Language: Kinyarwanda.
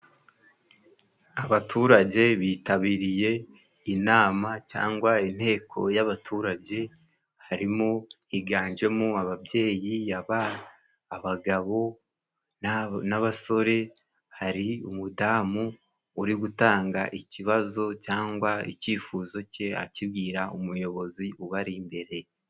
Abaturage bitabiriye inama cyangwa inteko y'abaturage harimo higanjemo ababyeyi yaba abagabo na n'abasore hari umudamu uri gutanga ikibazo cyangwa icyifuzo cye akibwira umuyobozi ubari imbere.